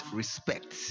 respect